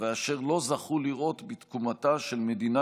ואשר לא זכו לראות בתקומתה של מדינה